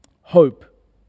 Hope